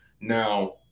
Now